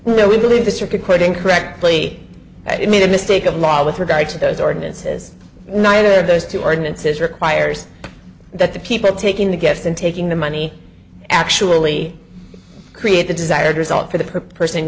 know we believe this or quoting correctly it made a mistake of law with regard to those ordinances neither of those two ordinances requires that the people taking the gift and taking the money actually create the desired result for the per